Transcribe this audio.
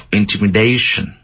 intimidation